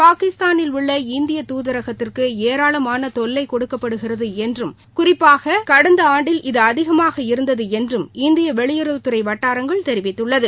பாகிஸ்தானில் உள்ள இந்திய தூதரகத்துக்கு ஏராளமாள தொல்லை கொடுக்கபட்டுகிறது என்றும் குறிப்பாக கடந்த ஆண்டில் இது அதிகமாக இருந்தது எ்ன்றும் இந்திய வெளியுறவுத்துறை வட்டாரங்கள் தெரிவித்துள்ளது